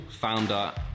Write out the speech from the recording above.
founder